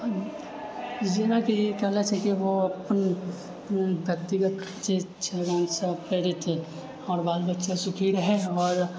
जेनाकि पहिला छै कि ओ अपन व्यक्तिगत जे आओर बाल बच्चा सुखी रहए आओर